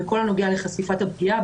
בכל הנוגע לחשיפת הפגיעה,